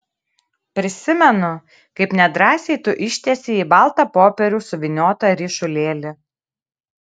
prisimenu kaip nedrąsiai tu ištiesei į baltą popierių suvyniotą ryšulėlį